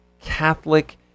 Catholic